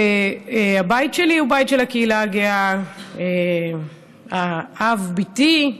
הבית שלי הוא גם בית של הקהילה הגאה, אב בתי,